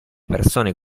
persone